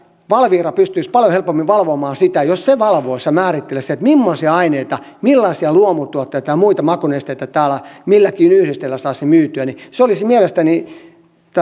valvira pystyisi paljon helpommin valvomaan sitä jos se valvoisi ja määrittelisi millaisia aineita millaisia luomutuotteita ja muita makunesteitä täällä milläkin yhdisteellä saisi myytyä ja se olisi mielestäni